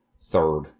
third